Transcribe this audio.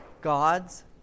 God's